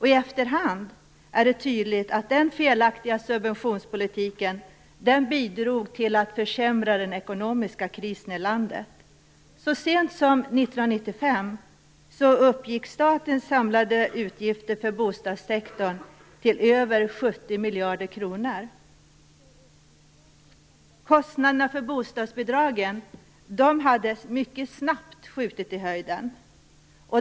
I efterhand är det tydligt att den felaktiga subventionspolitiken bidrog till att försämra den ekonomiska krisen i landet. Så sent som 1995 uppgick statens samlade utgifter för bostadssektorn till över 70 miljarder kronor. Kostnaderna för bostadsbidragen hade mycket snabbt skjutit i höjden.